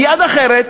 ביד אחרת,